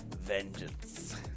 vengeance